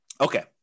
Okay